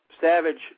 Savage